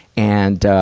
and, ah,